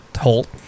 halt